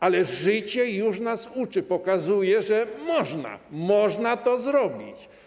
Ale życie już nas uczy, pokazuje, że można to zrobić.